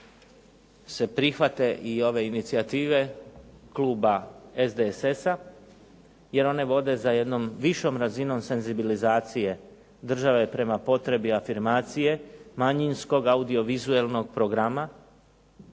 se prihvate i ove inicijative kluba SDSS-a, jer one vode za jednom višom razinom senzibilizacije države prema potrebi afirmacije manjinskog audiovizualnog programa,